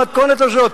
במתכונת הזאת.